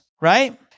right